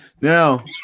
Now